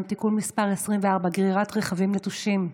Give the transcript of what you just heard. (תיקון מס' 24) (גרירת רכבים נטושים),